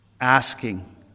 asking